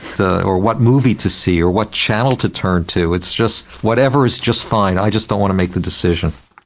or what movie to see or what channel to turn to. it's just, whatever is just fine, i just don't want to make the decision!